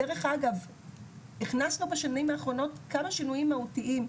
דרך אגב הכנסנו בשנים האחרונות כמה שינויים מהותיים,